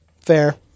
Fair